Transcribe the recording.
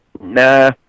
Nah